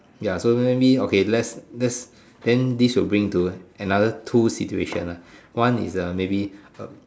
ya so maybe okay let's let's then this will bring into another two situations ah one is uh maybe er